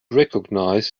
recognize